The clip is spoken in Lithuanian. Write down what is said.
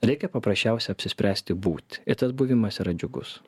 reikia paprasčiausia apsispręsti būt ir tas buvimas yra džiugus